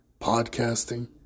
podcasting